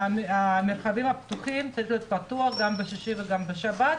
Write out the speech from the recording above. המרחבים הפתוחים צריכים להיות פתוחים גם בשישי וגם בשבת,